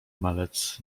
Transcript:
malec